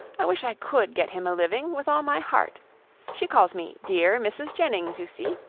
i wish i could get him a living, with all my heart she calls me dear mrs. jennings, you see.